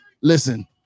listen